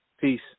Peace